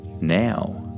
Now